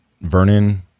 Vernon